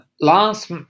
Last